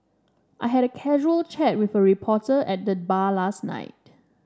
I had a casual chat with a reporter at the bar last night